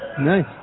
Nice